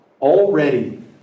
Already